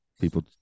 people